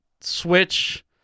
switch